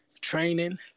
training